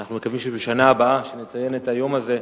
אנחנו מקווים שבשנה הבאה, כשנציין את היום הזה,